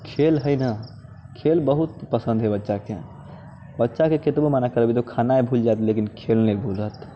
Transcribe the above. खेल हय ने खेल बहुत पसन्द हय बच्चाके बच्चाके कतबो मना करबै ओ खेनाय भूल जायत लेकिन खेल नहि भूलत